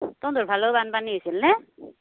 তহঁতৰ ফালেও বানপানী হৈছিল নে